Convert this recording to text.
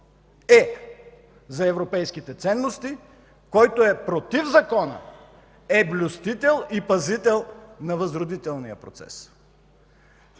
е за европейските ценностите, който е против Закона, е блюстител и пазител на възродителния процес”.